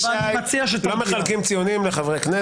לא מחלקים ציונים לחברי כנסת.